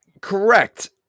Correct